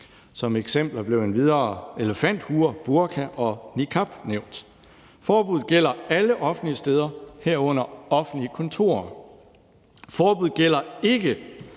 Som eksempler blev endvidere elefanthuer, burka og niqab nævnt. Forbuddet gælder alle offentlige steder, herunder offentlige kontorer. Forbuddet gælder ikke,